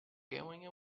going